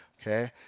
Okay